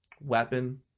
Weapon